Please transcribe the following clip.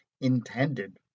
intended